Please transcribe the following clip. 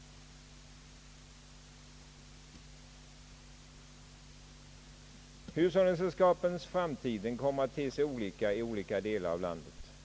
Hushållningssällskapens framtid kommer att te sig olika i olika delar av landet.